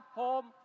home